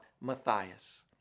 Matthias